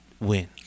win